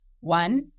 one